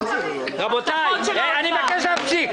------ רבותיי, אני מבקש להפסיק.